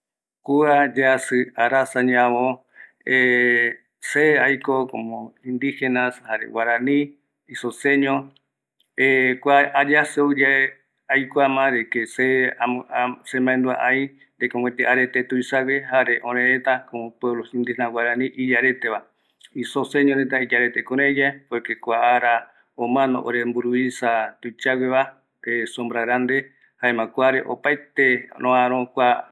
Arakuvo pe ko ujaete ye ma vae oyekua ñatiu omaeño kavia ya ne kirei yake ye esa ya no uajaeete ye ma ñatiu jeta, jare jakuvo, jaema yaeka kirei ñamuatati sugüi va agüiye vaera ñaneopi jare omaeñoavi yake